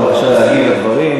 להגיד את הדברים.